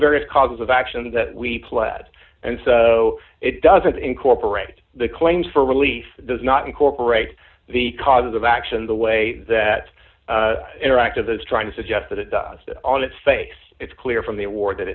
various causes of action that we pled and so it doesn't incorporate the claims for relief does not incorporate the cause of action the way that interactive is trying to suggest that it does on its face it's clear from the war